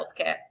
healthcare